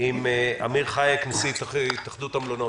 עם אמיר חייק, נשיא התאחדות המלונות.